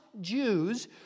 Jews